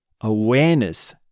Awareness